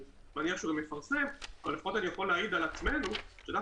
אני מניח שהוא גם יפרסם אבל לפחות אני יכול להעיד על עצמנו שאנחנו